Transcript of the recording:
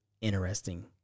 interesting